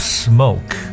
smoke